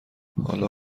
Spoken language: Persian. حالا